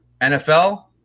NFL